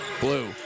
Blue